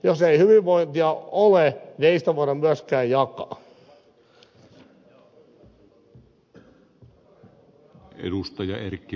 jos ei hyvinvointia ole niin ei sitä voida myöskään jakaa